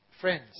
friends